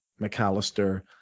McAllister